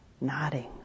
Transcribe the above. nodding